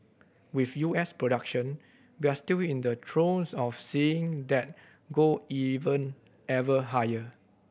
with U S production we're still in the throes of seeing that go even ever higher